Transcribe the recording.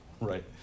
Right